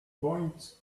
point